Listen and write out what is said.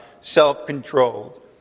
self-controlled